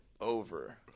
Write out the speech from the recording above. over